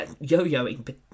yo-yoing